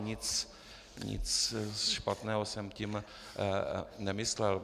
Nic špatného jsem tím nemyslel.